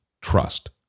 trust